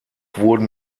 wurden